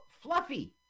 Fluffy